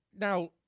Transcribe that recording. Now